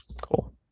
Cool